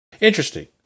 interesting